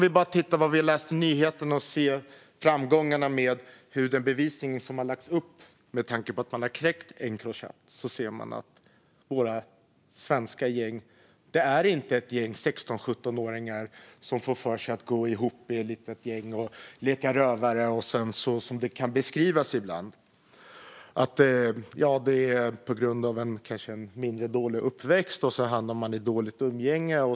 I nyheterna kan vi dock se framgångarna. Med tanke på vilken bevisning som har lagts upp efter att man knäckt Encrochat ser man att våra svenska gäng inte består av några 16-17-åringar som får för sig att gå ihop och leva rövare. Ibland beskrivs det också som om det är på grund av en mindre bra uppväxt som man hamnar man i dåligt umgänge.